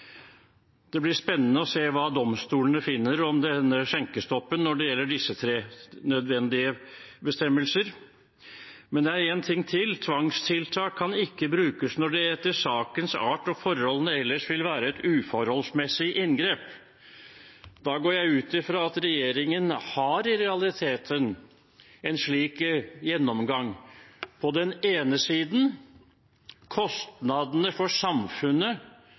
Det blir spennende å se hva domstolene finner om denne skjenkestoppen når det gjelder disse tre nødvendige bestemmelser, men det er en ting til: «Tvangstiltak kan ikke brukes når det etter sakens art og forholdene ellers vil være et uforholdsmessig inngrep.» Da går jeg ut fra at regjeringen i realiteten har en slik gjennomgang. På den ene siden er det kostnadene for samfunnet